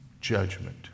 judgment